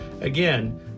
Again